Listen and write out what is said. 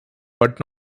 but